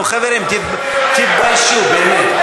נו, חברים, תתביישו באמת.